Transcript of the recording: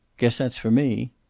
guess that's for me.